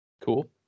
Cool